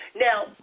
Now